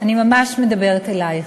אני ממש מדברת אלייך.